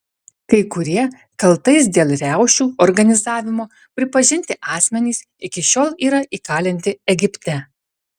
kai kurie kaltais dėl riaušių organizavimo pripažinti asmenys iki šiol yra įkalinti egipte